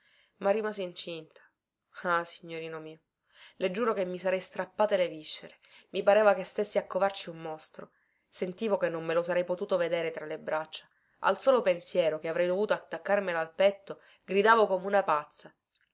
ma rimasi incinta ah signorino mio le giuro che mi sarei strappate le viscere mi pareva che stessi a covarci un mostro sentivo che non me lo sarei potuto vedere tra le braccia al solo pensiero che avrei dovuto attaccarmelo al petto gridavo come una pazza